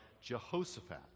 Jehoshaphat